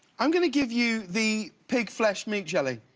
i'm going to give you the pig flesh meat jelly,